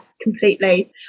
completely